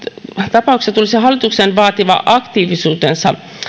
tapauksessa tulisi hallituksen vaatima aktiivisuutensa